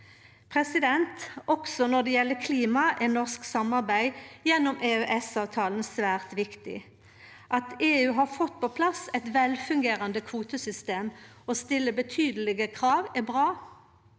hugse. Også når det gjeld klima, er norsk samarbeid gjennom EØS-avtalen svært viktig. At EU har fått på plass eit velfungerande kvotesystem og stiller betydelege krav, er bra.